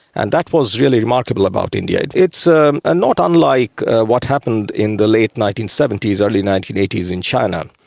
and that was really remarkable about india. it's ah not unlike what happened in the late nineteen seventy s, early nineteen eighty s in china.